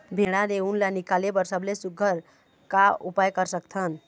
भेड़ा ले उन ला निकाले बर सबले सुघ्घर का उपाय कर सकथन?